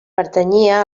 pertanyia